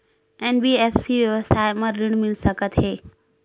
NBFC व्यवसाय मा ऋण मिल सकत हे